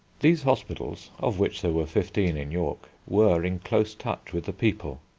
these hospitals, of which there were fifteen in york, were in close touch with the people.